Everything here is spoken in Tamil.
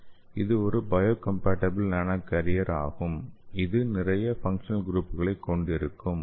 இது ஒரு பயோகம்பாட்டிபிள் நானோ கேரியர் ஆகும் இது நிறைய பங்சனல் குரூப்களை கொண்டிருக்கும்